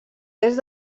est